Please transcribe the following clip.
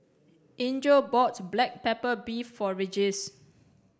Angel bought black pepper beef for Regis